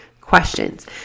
questions